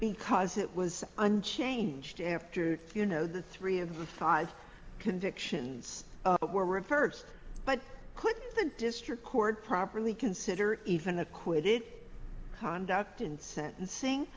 because it was unchanged after you know the three of the five convictions were reversed but could the district court properly consider even acquitted conduct in sentencing